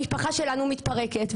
המשפחה שלנו מתפרקת,